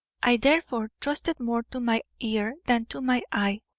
i therefore trusted more to my ear than to my eye,